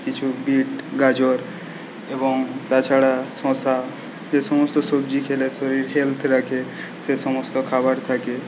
কিছু বিট গাজর এবং তাছাড়া শশা যে সমস্ত সবজি খেলে শরীর হেলথ থাকে সে সমস্ত খাবার থাকে